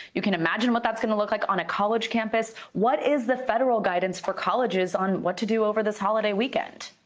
you can imagine what that is going to look like on a college campus. what is the federal guidance for colleges on what to do over this holiday weekend?